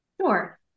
Sure